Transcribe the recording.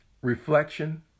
reflection